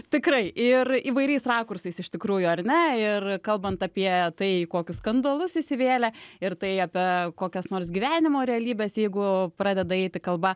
tikrai ir įvairiais rakursais iš tikrųjų ar ne ir kalbant apie tai kokius skandalus įsivėlė ir tai apie kokias nors gyvenimo realybes jeigu pradeda eiti kalba